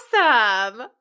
awesome